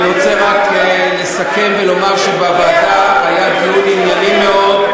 אני רוצה רק לסכם ולומר שבוועדה היה דיון ענייני מאוד,